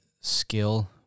skill